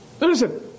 Listen